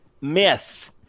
myth